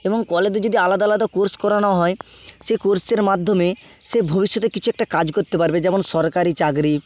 এবং কলেজে যদি আলাদা আলাদা কোর্স করানো হয় সে কোর্সের মাধ্যমে সে ভবিষ্যতে কিছু একটা কাজ করতে পারবে যেমন সরকারি চাকরি